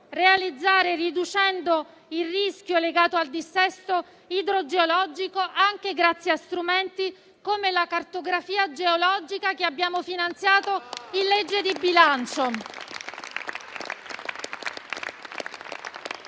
realizzare riducendo il rischio legato al dissesto idrogeologico, anche grazie a strumenti come la cartografia geologica, che abbiamo finanziato nel disegno di legge di bilancio.